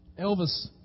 Elvis